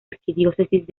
arquidiócesis